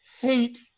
hate